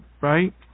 right